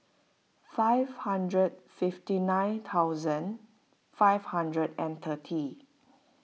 five hundred fifty nine thousand five hundred and thirty